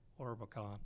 Orbicon